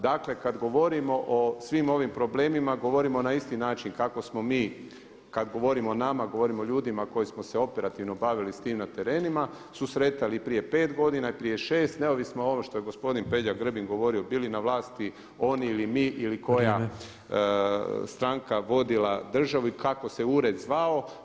Dakle, kad govorimo o svim ovim problemima govorimo na isti način kako smo mi kad govorimo o nama, govorimo o ljudima koji smo se operativno bavili s tim na terenima susretali i prije 5 godina, i prije 6 neovisno o ovome što je gospodin Peđa Grbin govorio bili na vlasti oni ili mi, ili koja stranka vodila državu i kako se ured zvao.